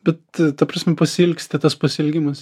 bet ta prasme pasiilgsti tas pasiilgimas